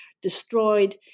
destroyed